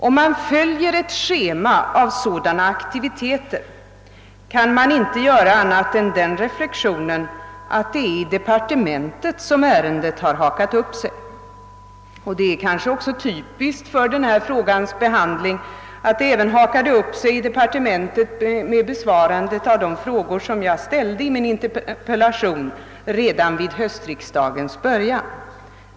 Om man följer ett schema för sådana aktiviteter, kan man inte annat än få det intrycket att det är i departementet som ärendet har hakat upp sig. Det är kanske också typiskt för detta ärendes behandling att det även hakat upp sig i departementet med besvarandet av de frågor som jag ställde i min interpellation redan vid höstriksdagens början.